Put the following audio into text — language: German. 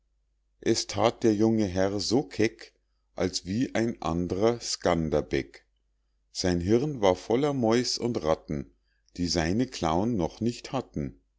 es that der junge herr so keck als wie ein andrer scanderbeg sein hirn war voller mäus und ratten die seine klauen noch nicht hatten